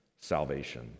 salvation